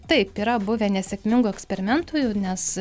taip yra buvę nesėkmingų eksperimentų nes